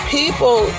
people